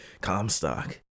Comstock